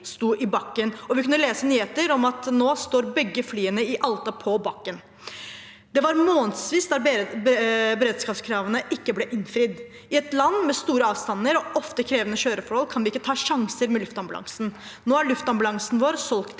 sto på bakken. Vi har kunnet lese nyheter om at nå står begge flyene i Alta på bakken. I månedsvis ble ikke beredskapskravene innfridd. I et land med store avstander og ofte krevende kjøreforhold kan vi ikke ta sjanser med luftambulansen. Nå er luftambulansen vår solgt